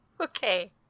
Okay